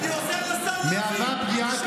אני עוזר לשר להבין שהוא בושה.